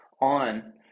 on